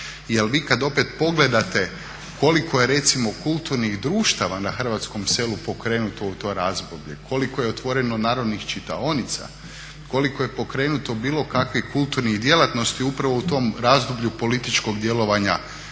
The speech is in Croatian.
jer vi kad opet pogledate koliko je recimo kulturnih društava na hrvatskom selu pokrenuto u to razdoblje, koliko je otvoreno narodnih čitaonica, koliko je pokrenuto bilo kakvih kulturnih djelatnosti upravo u tom razdoblju političkog djelovanja braće